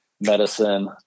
medicine